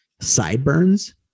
sideburns